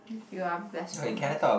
you are blessed from us